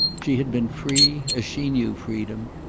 she had been free, as she knew freedom,